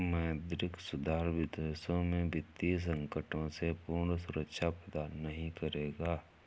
मौद्रिक सुधार विदेशों में वित्तीय संकटों से पूर्ण सुरक्षा प्रदान नहीं करेगा